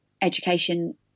education